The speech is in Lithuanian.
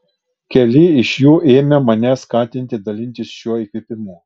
keli iš jų ėmė mane skatinti dalintis šiuo įkvėpimu